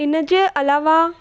इन जे अलावा